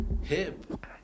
Hip